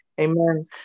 Amen